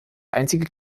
einzige